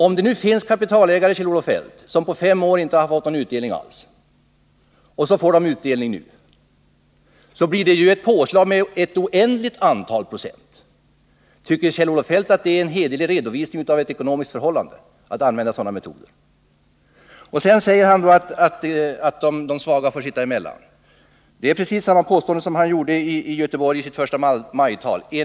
Om det nu finns kapitalägare, Kjell-Olof Feldt, som på fem år inte har fått någon utdelning alls och de får utdelning nu, blir det ett påslag med ett oändligt antal procent. Tycker Kjell-Olof Feldt att det är en hederlig redovisning av ett ekonomiskt förhållande att använda sådana metoder? Vidare säger Kjell-Olof Feldt att de svaga får sitta emellan. Det är precis samma påstående som han gjorde i sitt förstamajtal i Göteborg.